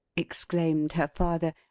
exclaimed her father,